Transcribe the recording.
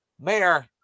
Mayor